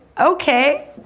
Okay